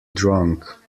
drunk